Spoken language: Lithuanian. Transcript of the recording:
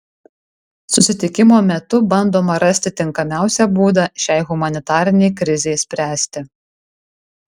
susitikimo metu bandoma rasti tinkamiausią būdą šiai humanitarinei krizei spręsti